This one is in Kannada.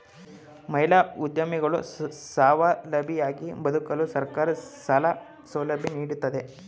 ಮಹಿಳಾ ಉದ್ಯಮಿಗಳು ಸ್ವಾವಲಂಬಿಯಾಗಿ ಬದುಕಲು ಸರ್ಕಾರ ಸಾಲ ಸೌಲಭ್ಯ ನೀಡುತ್ತಿದೆ